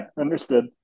understood